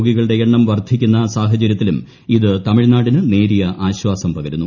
രോഗികളുടെ എണ്ണം വർദ്ധിക്കുന്ന സാഹചര്യത്തിലും ഇത് തമിഴ്നാടിന് നേരിയ ആശ്വാസം പകരുന്നു